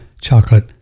chocolate